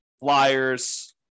flyers